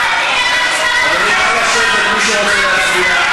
נא לשבת, מי שרוצה להצביע.